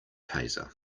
taser